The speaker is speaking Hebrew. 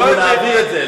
אבל אנחנו נעביר את זה,